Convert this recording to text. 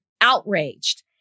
outraged